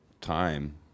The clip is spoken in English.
time